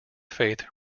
faith